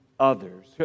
Others